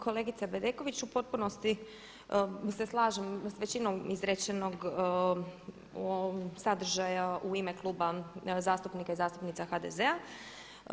Kolegice Bedeković u potpunosti se slažem sa većinom izrečenog sadržaja u ime Kluba zastupnika i zastupnica HDZ-a.